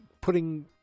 putting